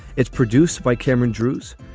it's produced by cameron drewes.